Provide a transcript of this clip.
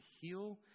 heal